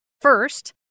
First